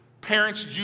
Parents